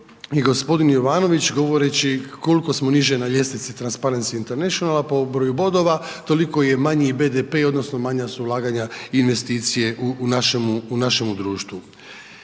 i gospodin Jovanović, govoreći koliko smo niže na ljestvici …/Govornik se ne razumije./… po broju bodova, toliko je manji BDP odnosno, manja su ulaganja investicije u našemu društvu.